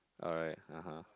alright ah har